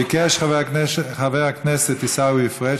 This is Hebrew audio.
ביקש חבר הכנסת עיסאווי פריג',